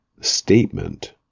statement